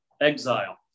exile